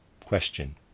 Question